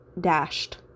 dashed